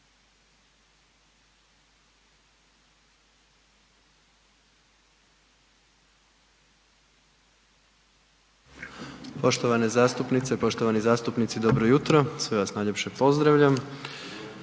Poštovane zastupnice, poštovani zastupnici dobro jutro. Sve vas najljepše pozdravljam.